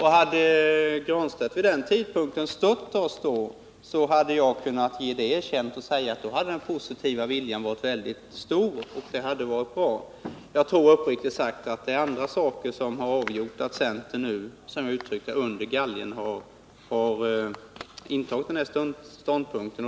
Hade Pär Granstedt vid den tidpunkten stött oss, hade jag kunnat ge det erkännandet att den positiva viljan var väldigt stor. Uppriktigt sagt tror jag att det är andra saker som har gjort att centern nu under galgen har intagit denna ståndpunkt.